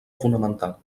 fonamental